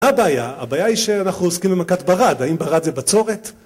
הבעיה, הבעיה היא שאנחנו עוסקים במכת ברד, האם ברד זה בצורת?